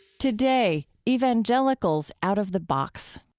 today, evangelicals out of the box.